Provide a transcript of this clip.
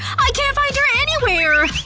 i can't find her anywhere!